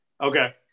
okay